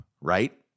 right